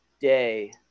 day